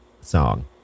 song